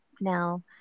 now